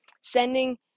sending